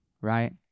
right